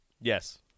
Yes